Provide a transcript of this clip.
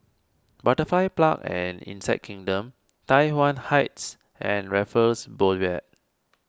Butterfly Park and Insect Kingdom Tai Yuan Heights and Raffles Boulevard